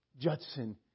Judson